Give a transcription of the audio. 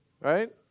right